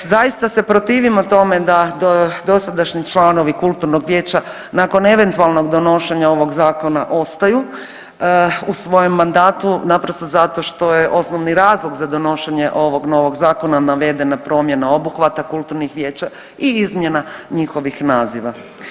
Zaista se protivimo tome da dosadašnji članovi kulturnog vijeća nakon eventualnog donošenja ovog Zakona ostaju u svojem mandatu naprosto zato što je osnovni razlog za donošenje ovog novog Zakona navedena promjena obuhvata kulturnih vijeća i izmjena njihovih naziva.